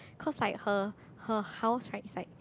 cause like her her house right is like